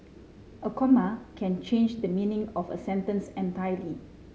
a comma can change the meaning of a sentence entirely